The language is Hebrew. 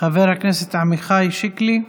חבר הכנסת עמיחי שיקלי,